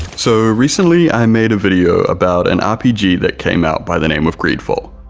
so recently i made a video about an rpg that came out by the name of greedfall,